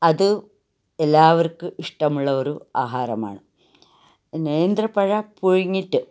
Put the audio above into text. അത് എല്ലാവർക്കും ഇഷ്ടമുള്ള ഒരു ആഹാരമാണ് നേന്ത്രപ്പഴം പുഴുങ്ങിയിട്ട്